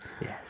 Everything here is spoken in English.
Yes